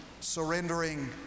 surrendering